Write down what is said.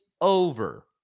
over